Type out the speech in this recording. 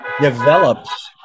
develops